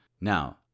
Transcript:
Now